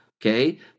Okay